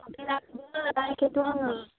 थांफेराखैबो दा एखायन्थ' आङो